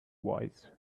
voice